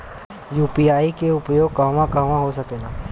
UPI के उपयोग कहवा कहवा हो सकेला?